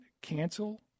cancel